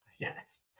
Yes